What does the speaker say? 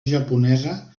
japonesa